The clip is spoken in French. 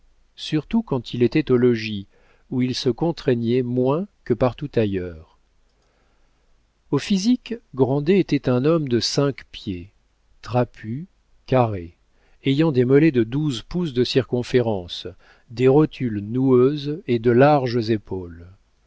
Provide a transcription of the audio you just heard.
surtout quand il était au logis où il se contraignait moins que partout ailleurs au physique grandet était un homme de cinq pieds trapu carré ayant des mollets de douze pouces de circonférence des rotules noueuses et de larges épaules